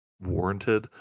warranted